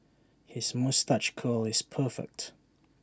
his moustache curl is perfect